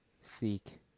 seek